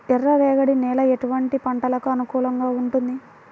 ఎర్ర రేగడి నేల ఎటువంటి పంటలకు అనుకూలంగా ఉంటుంది?